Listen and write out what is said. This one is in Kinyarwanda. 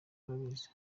arabizi